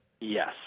Yes